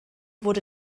wurde